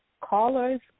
callers